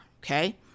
okay